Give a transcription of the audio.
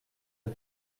est